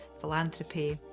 philanthropy